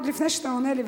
עוד לפני שאתה עונה לי,